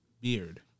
beard